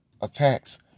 attacks